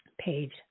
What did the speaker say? page